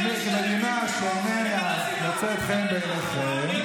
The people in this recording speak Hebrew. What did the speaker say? כי יש מדינה שאיננה מוצאת חן בעיניכם,